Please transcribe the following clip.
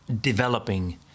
developing